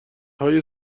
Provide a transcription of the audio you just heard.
های